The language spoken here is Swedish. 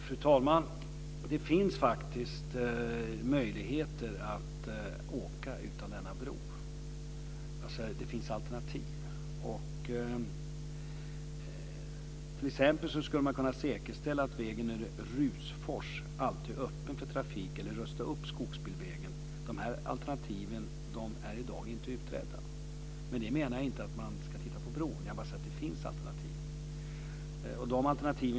Fru talman! Det finns faktiskt möjligheter att ta sig fram även utan denna bro. Man skulle t.ex. kunna säkerställa att vägen över Rydsfors alltid är öppen för trafik eller rusta upp skogsbilvägen. De här alternativen är i dag inte utredda. Med detta menar jag inte att man inte ska studera bron, bara att det finns alternativ.